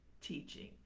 teaching